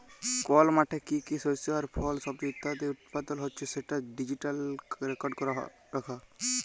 call মাঠে কি কি শস্য আর ফল, সবজি ইত্যাদি উৎপাদল হচ্যে সেটা ডিজিটালি রেকর্ড ক্যরা রাখা